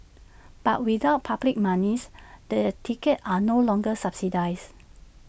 but without public monies the tickets are no longer subsidised